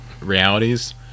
realities